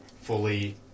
fully